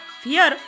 fear